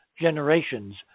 generations